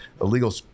Illegal